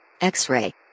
X-Ray